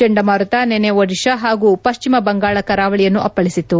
ಚಂಡಮಾರುತ ನಿನ್ನೆ ಒಡಿಶಾ ಹಾಗೂ ಪಕ್ಷಿಮ ಬಂಗಾಳ ಕರಾವಳಿಯನ್ನು ಅಪ್ಪಳಿಸಿತು